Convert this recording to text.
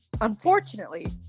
unfortunately